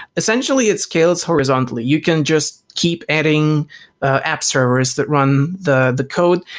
essentially it scales horizontally. you can just keep adding app servers that run the the code,